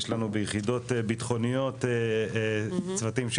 יש לנו ביחידות ביטחוניות צוותים של